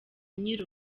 nyiri